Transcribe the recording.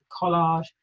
collage